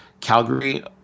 Calgary